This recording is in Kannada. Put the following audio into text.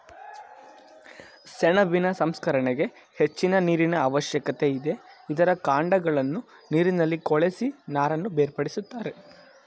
ಸೆಣಬಿನ ಸಂಸ್ಕರಣೆಗೆ ಹೆಚ್ಚಿನ ನೀರಿನ ಅವಶ್ಯಕತೆ ಇದೆ, ಇದರ ಕಾಂಡಗಳನ್ನು ನೀರಿನಲ್ಲಿ ಕೊಳೆಸಿ ನಾರನ್ನು ಬೇರ್ಪಡಿಸುತ್ತಾರೆ